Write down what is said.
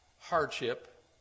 hardship